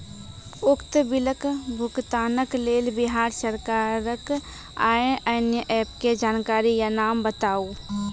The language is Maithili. उक्त बिलक भुगतानक लेल बिहार सरकारक आअन्य एप के जानकारी या नाम बताऊ?